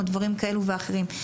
או דברים כאלה ואחרים.